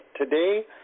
today